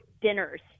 dinners